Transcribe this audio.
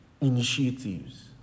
initiatives